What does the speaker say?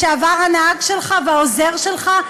לשעבר הנהג שלך והעוזר שלך,